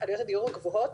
הדירות הגבוהות,